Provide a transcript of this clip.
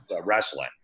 Wrestling